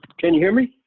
can you hear me,